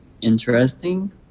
interesting